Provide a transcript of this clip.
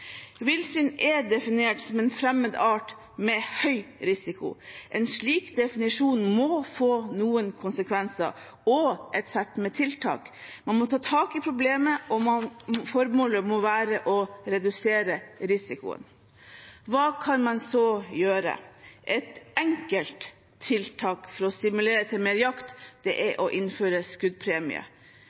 er definert som en fremmed art med høy risiko. En slik definisjon må få noen konsekvenser og et sett med tiltak. Man må ta tak i problemet, og formålet må være å redusere risikoen. Hva kan man så gjøre? Et enkelt tiltak for å stimulere til mer jakt er å innføre skuddpremie,